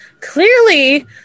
clearly